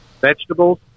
vegetables